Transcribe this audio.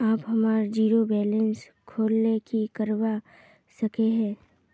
आप हमार zero balance खोल ले की करवा सके है?